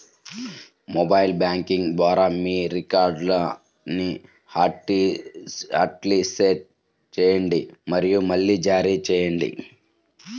mobile banking ద్వారా మీ కార్డ్ని హాట్లిస్ట్ చేయండి మరియు మళ్లీ జారీ చేయండి